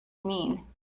mean